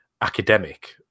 academic